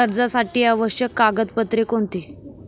कर्जासाठी आवश्यक कागदपत्रे कोणती?